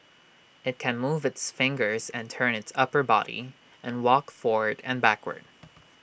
IT can move its fingers and turn its upper body and walk forward and backward